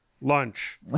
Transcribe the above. lunch